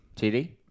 TD